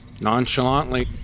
nonchalantly